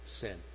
sin